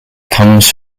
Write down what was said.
comes